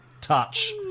touch